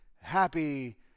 happy